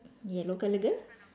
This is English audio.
yellow colour girl